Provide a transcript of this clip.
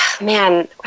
man